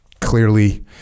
Clearly